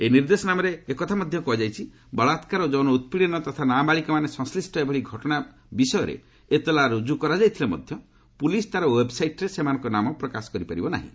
ଏହି ନିର୍ଦ୍ଦେଶନାମାରେ ଏକଥା ମଧ୍ୟ କୁହାଯାଇଛି ବଳାକ୍କାର ଓ ଯୌନ ଉତ୍ପୀଡ଼ନ ତଥା ନାବାଳିକାମାନେ ସଂଶ୍ଳିଷ୍ଟ ଏଭଳି ଘଟଣା ବିଷୟରେ ଏତଲା ରୁଜୁ କରାଯାଇଥିଲେ ମଧ୍ୟ ପୁଲିସ୍ ତା'ର ଓ୍ପେବ୍ସାଇଟ୍ରେ ସେମାନଙ୍କ ନାମ ପ୍ରକାଶ କରିପାରିବ ନାହିଁ